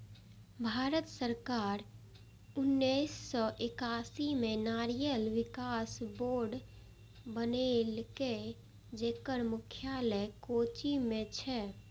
भारत सरकार उन्नेस सय एकासी मे नारियल विकास बोर्ड बनेलकै, जेकर मुख्यालय कोच्चि मे छै